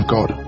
God